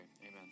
Amen